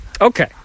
Okay